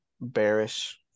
bearish